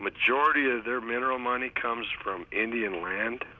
majority of their mineral money comes from indian and